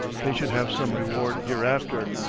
they should have some reward hereafter.